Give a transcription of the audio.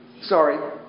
Sorry